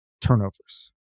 turnovers